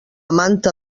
manta